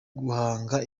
guhanga